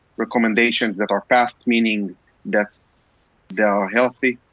recommendations that are past, meaning that they are healthy,